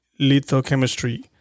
Lithochemistry